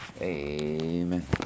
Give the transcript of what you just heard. Amen